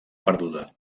perduda